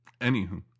Anywho